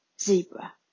zebra